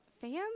fans